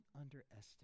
underestimate